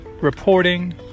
reporting